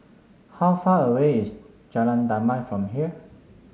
how far away is Jalan Damai from here